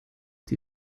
die